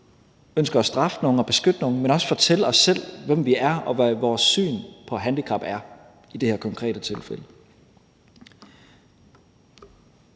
ønsker at straffe nogen og beskytte nogen, men også at fortælle os selv, hvem vi er, og hvad vores syn på – i det her konkrete tilfælde